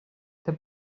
the